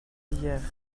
hier